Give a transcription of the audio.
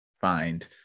find